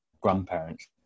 grandparents